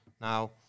Now